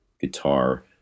guitar